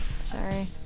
Sorry